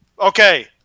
Okay